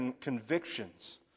convictions